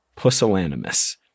pusillanimous